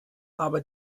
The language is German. aber